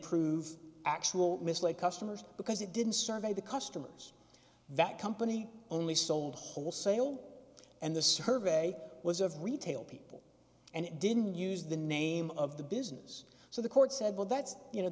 prove actual mislay customers because it didn't survey the customers that company only sold wholesale and the survey was of retail people and it didn't use the name of the business so the court said well that's you know